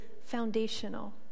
foundational